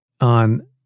on